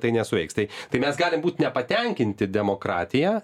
tai nesuveiks tai tai mes galim būt nepatenkinti demokratija